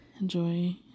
enjoy